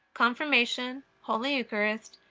confirmation, holy eucharist,